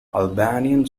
albanian